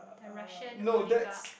the Russian